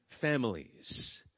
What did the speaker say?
families